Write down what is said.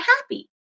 happy